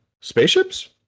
spaceships